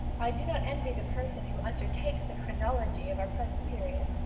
i do not envy the person who undertakes the chronology of our present period.